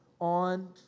on